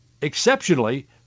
exceptionally